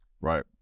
right